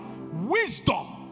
wisdom